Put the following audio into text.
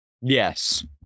Yes